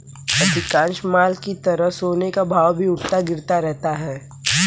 अधिकांश माल की तरह सोने का भाव भी उठता गिरता रहता है